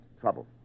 trouble